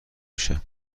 میشه